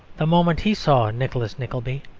the moment he saw nicholas nickleby,